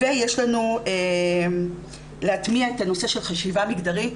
יש לנו להטמיע את הנושא של חשיבה מגדרית,